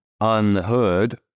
unheard